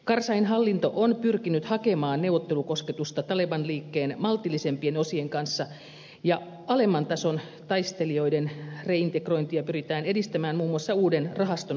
karzain hallinto on pyrkinyt hakemaan neuvottelukosketusta taleban liikkeen maltillisempien osien kanssa ja alemman tason taistelijoiden reintegrointia pyritään edistämään muun muassa uuden rahaston avulla